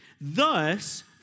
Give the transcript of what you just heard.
thus